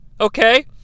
okay